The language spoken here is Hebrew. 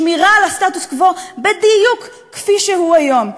שמירה על הסטטוס-קוו בדיוק כפי שהוא היום.